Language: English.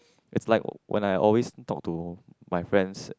is like when I always talk to my friends